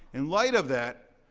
in light of that,